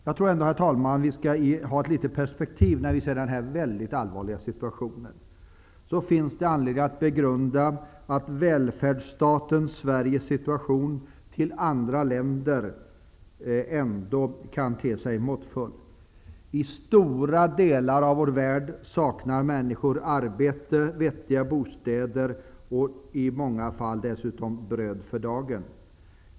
Jag tror ändå, herr talman, att vi bör ha ett litet större perspektiv när vi ser på den här mycket allvarliga situationen. Det finns anledning att begrunda att välfärdsstaten Sveriges situation i förhållande till andra länders ändå kan bedömas som gynnsam. I stora delar av vår värld saknar människor arbete, vettiga bostäder och i många fall dessutom bröd för dagen.